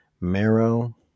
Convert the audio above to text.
Marrow